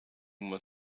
uma